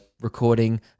recording